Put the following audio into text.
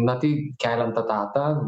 na tai keliant etatą